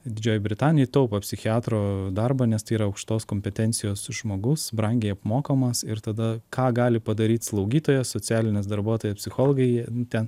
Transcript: didžiojoj britanijoj taupo psichiatro darbą nes tai yra aukštos kompetencijos žmogus brangiai apmokamas ir tada ką gali padaryt slaugytoja socialinė darbuotoja psichologai jie ten